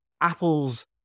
Apple's